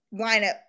lineup